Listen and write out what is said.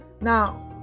Now